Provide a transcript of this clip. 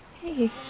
Hey